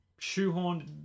shoehorned